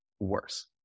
worse